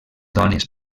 dones